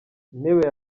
intebe